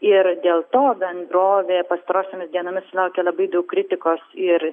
ir dėl to bendrovė pastarosiomis dienomis sulaukė labai daug kritikos ir